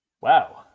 Wow